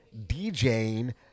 DJing